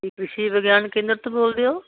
ਕ੍ਰਿਸ਼ੀ ਵਿਗਿਆਨ ਕੇਂਦਰ ਤੋਂ ਬੋਲਦੇ ਹੋ